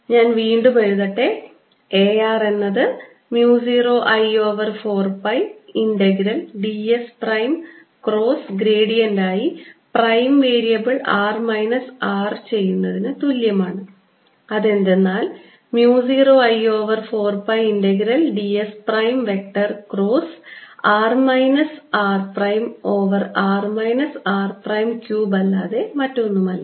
ഞാൻ വീണ്ടും എഴുതട്ടെ A r എന്നത് mu 0 I over 4 pi integral ds prime cross gradient ആയി prime variable r minus r ചെയ്യുന്നതിന് തുല്യമാണ് അതെന്തെന്നാൽ mu 0 I over 4 pi integral ds prime vector cross r minus r prime over r minus r prime cube അല്ലാതെ മറ്റൊന്നുമല്ല